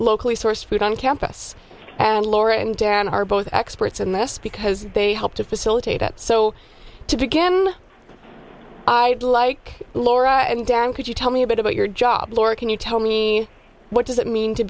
locally sourced food on campus and laura and dan are both experts in this because they help to facilitate that so to begin i like laura and dan could you tell me a bit about your job laura can you tell me what does it mean to